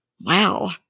Wow